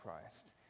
Christ